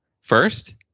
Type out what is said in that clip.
first